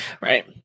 Right